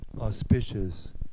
auspicious